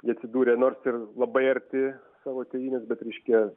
jie atsidūrė nors ir labai arti savo tėvynės bet reiškia